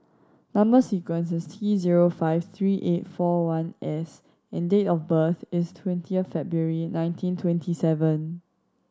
number sequence is T zero five three eight four one S and date of birth is twenty February nineteen twenty seven